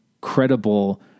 credible